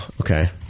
Okay